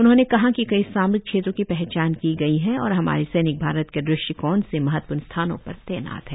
उन्होंने कहा कि कई सामरिक क्षेत्रों की पहचान की गई है और हमारे सैनिक भारत के दृष्टिकोण से महत्वपूर्ण स्थानों पर तैनात हैं